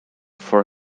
for